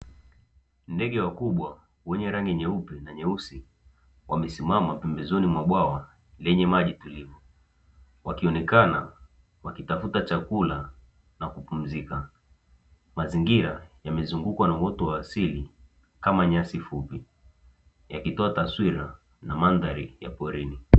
Ndege wakubwa wenye rangi nyeusi wamesimama pembezoni mwa bwawa lenye maji tulivu, wameonekana wakitafuta chakula na kupumzika. Mazingira yamezungukwa na uoto wa asili kama vile nyasi fupi, yakitoa taswira na mandhari ya porini.